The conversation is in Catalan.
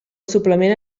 suplement